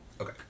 Okay